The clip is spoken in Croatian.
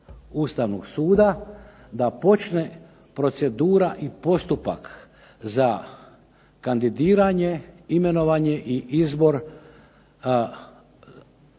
Ustavnog suda, da počne procedura i postupak za kandidiranje, imenovanje i izbor Ustavnog